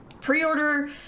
pre-order